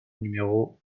numéro